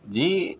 جی